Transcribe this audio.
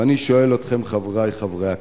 אני שואל אתכם, חברי חברי הכנסת: